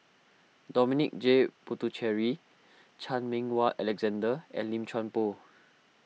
Dominic J Puthucheary Chan Meng Wah Alexander and Lim Chuan Poh